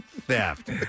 theft